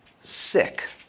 sick